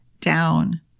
down